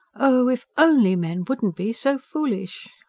oh if only men wouldn't be so foolish!